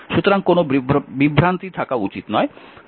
সুতরাং কোনও বিভ্রান্তি থাকা উচিত নয়